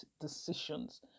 decisions